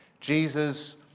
Jesus